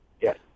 Yes